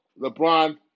LeBron